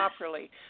properly